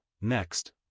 next